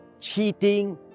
cheating